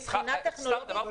מבחינה טכנולוגית,